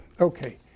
Okay